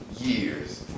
years